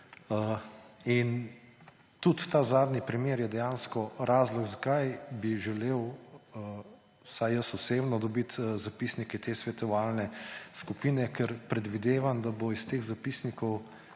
Tudi ta zadnji primer je dejansko razlog, zakaj bi želel vsaj jaz osebno dobiti zapisnike te svetovalne skupine, ker predvidevam, da bo iz teh zapisnikov